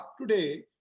today